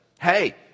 hey